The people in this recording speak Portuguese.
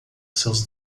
seus